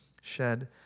shed